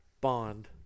Bond